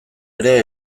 ere